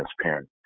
transparent